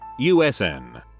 usn